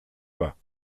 pas